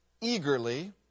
eagerly